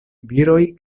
viroj